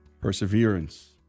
perseverance